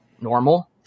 normal